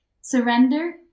surrender